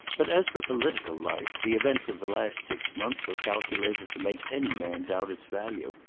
but as for political life, the events of the last six months were calculated to make any man doubt its value.